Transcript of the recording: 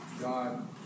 God